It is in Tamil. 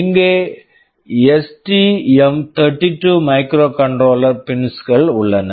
இங்கே STM thirty two microcontroller pins STM32 microcontroller pins கள் உள்ளன